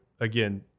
again